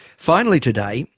finally today,